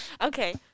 Okay